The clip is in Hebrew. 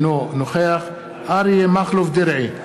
אינו נוכח אריה מכלוף דרעי,